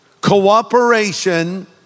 cooperation